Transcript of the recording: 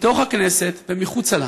בתוך הכנסת ומחוצה לה,